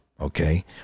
okay